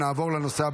להלן תוצאות